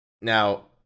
Now